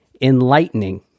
enlightening